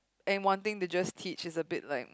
and wanting to just teach is a bit like